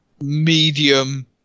medium